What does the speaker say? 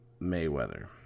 Mayweather